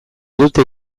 dute